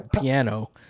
piano